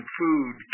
food